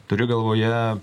turiu galvoje